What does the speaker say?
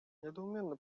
недоуменно